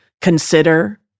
consider